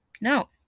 No